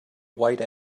white